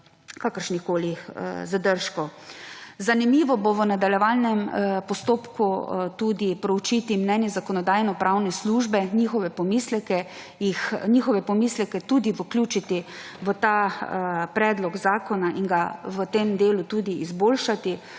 kakršnikoli zadržkov. Zanimivo bo v nadaljnjem postopku tudi proučiti mnenje Zakonodajno-pravne službe in njihove pomisleke tudi vključiti v ta predlog zakona ter ga v tem delu tudi izboljšati.